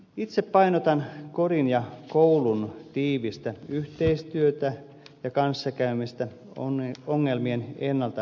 itse painotan kodin ja koulun tiivistä yhteistyötä ja kanssakäymistä ongelmien ennalta ehkäisyssä